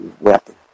weapon